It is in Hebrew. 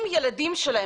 האם הילדים שלהם,